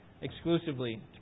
exclusively